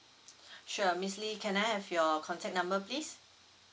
sure miss lee can I have your contact number please